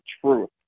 truth